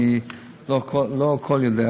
אני לא הכול יודע,